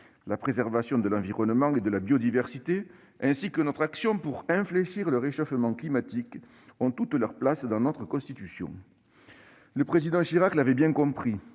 La préservation de l'environnement et de la biodiversité ainsi que notre action pour infléchir le réchauffement climatique ont toute leur place dans notre Constitution. Le Président Chirac l'avait bien compris.